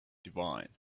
divine